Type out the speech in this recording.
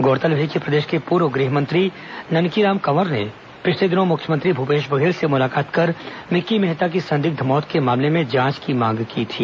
गौरतलब है कि प्रदेश के पूर्व गृहमंत्री ननकीराम कंवर ने पिछले दिनों मुख्यमंत्री भूपेश बघेल से मुलाकात कर मिक्की मेहता की संदिग्ध मौत मामले में जांच की मांग की थी